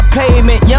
payment